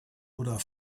oder